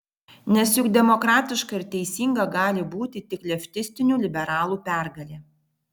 nes juk demokratiška ir teisinga gali būti tik leftistinių liberalų pergalė